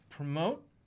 Promote